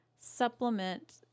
supplement